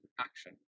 action